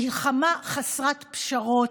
מלחמה חסרת פשרות,